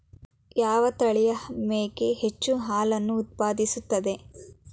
ಯಾವ ತಳಿಯ ಮೇಕೆ ಹೆಚ್ಚು ಹಾಲು ಉತ್ಪಾದಿಸುತ್ತದೆ?